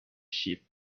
sheep